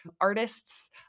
artists